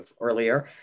earlier